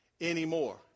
anymore